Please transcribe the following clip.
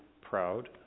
proud